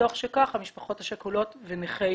ומתוך כך גם המשפחות השכולות ונכי